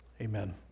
Amen